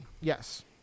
yes